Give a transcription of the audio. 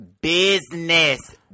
business